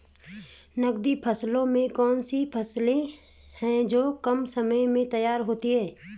नकदी फसलों में कौन सी फसलें है जो कम समय में तैयार होती हैं?